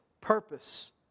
purpose